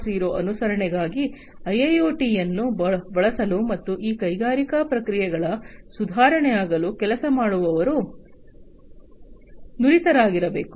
0 ಅನುಸರಣೆಗಾಗಿ ಐಐಒಟಿಯನ್ನು ಬಳಸಲು ಮತ್ತು ಈ ಕೈಗಾರಿಕಾ ಪ್ರಕ್ರಿಯೆಗಳ ಸುಧಾರಣೆಯಾಗಲು ಕೆಲಸ ಮಾಡುವವರು ನುರಿತವರಾಗಿರಬೇಕು